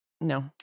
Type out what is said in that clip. no